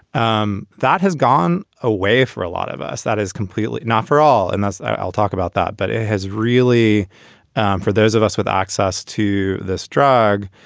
um that has gone away for a lot of us. that is completely not for all. and that's. i'll talk about that. but it has really for those of us with access to this drug,